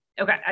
Okay